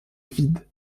vide